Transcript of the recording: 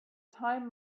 time